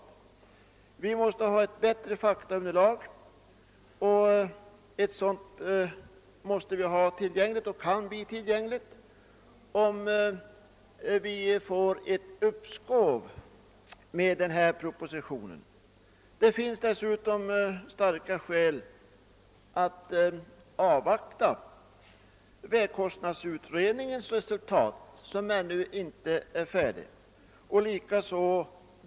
Vi måste ha ett bättre faktaunderlag, och ett sådant kan bli tillgängligt om uppskov med behandlingen av propositionen beviljas. Det finns dessutom starka skäl att avvakta vägkostnadsutredningens resultat — det föreligger ju inte än.